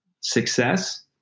success